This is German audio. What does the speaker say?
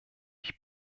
ich